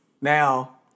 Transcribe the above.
Now